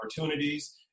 opportunities